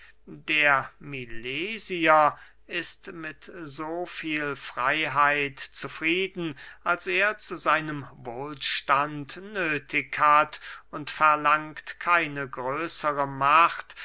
der milesier ist mit so viel freyheit zufrieden als er zu seinem wohlstand nöthig hat und verlangt keine größere macht